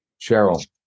Cheryl